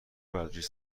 ورزش